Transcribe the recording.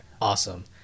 Awesome